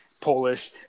Polish